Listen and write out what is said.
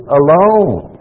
alone